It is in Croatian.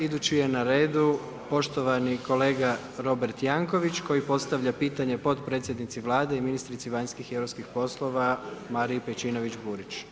Idući je na redu poštovani kolega Robert Jankovics koji postavlja pitanje potpredsjednici Vlade i ministrici vanjskih i europskih poslova Mariji Pejčinović Burić.